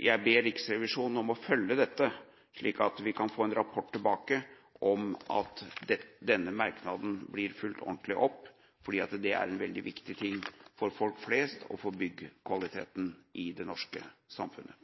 Jeg ber Riksrevisjonen om å følge dette, slik at vi kan få en rapport tilbake om at denne merknaden blir fulgt ordentlig opp, fordi dette er veldig viktig for folk flest og for byggkvaliteten i det norske samfunnet.